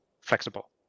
flexible